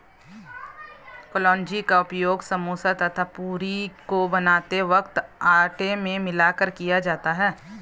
कलौंजी का उपयोग समोसा तथा पूरी को बनाते वक्त आटे में मिलाकर किया जाता है